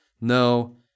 no